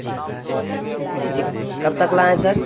جی جی جی کب تک لائیں سر